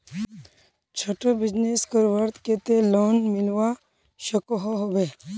छोटो बिजनेस करवार केते लोन मिलवा सकोहो होबे?